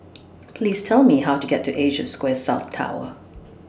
Please Tell Me How to get to Asia Square South Tower